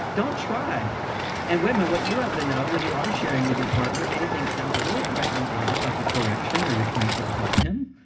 don't try and women, what you have to know, when you are sharing with your partner, if anything sounds a little threatening to him, like a correction, or you're trying to help him.